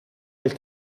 nel